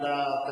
יענה.